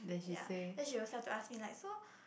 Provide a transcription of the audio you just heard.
ya then she will start to ask me like so